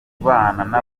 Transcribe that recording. nabantu